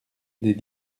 des